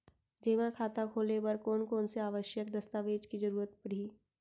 जेमा खाता खोले बर कोन कोन से आवश्यक दस्तावेज के जरूरत परही?